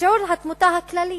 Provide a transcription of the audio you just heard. שיעור התמותה הכללי,